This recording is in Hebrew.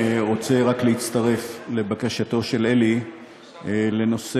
אני רוצה רק להצטרף לבקשתו של אלי בנושא,